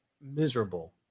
miserable